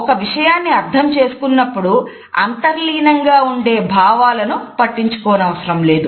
ఒక విషయాన్ని అర్థం చేసుకునేటప్పుడు అంతర్లీనంగా ఉండే భావాలను పట్టించుకోనవసరం లేదు